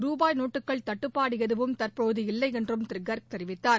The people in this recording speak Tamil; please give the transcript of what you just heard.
ருபாய் நோட்டுகள் தட்டுப்பாடு எதுவும் தற்போது இல்லை என்றும் திரு கர்க் தெரிவித்தார்